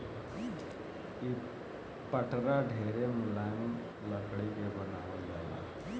इ पटरा ढेरे मुलायम लकड़ी से बनावल जाला